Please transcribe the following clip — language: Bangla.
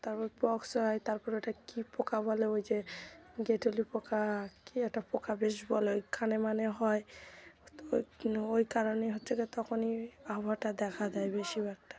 তারপর পক্স হয় তারপর ওটা কী পোকা বলে ওই যে গেঁটুলি পোকা কী একটা পোকা বেশ বলে ওইখানে মানে হয় তো ওই ওই কারণে হচ্ছে কি তখনই আবহাওয়াটা দেখা দেয় বেশিরভাগ টাইম